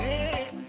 Hey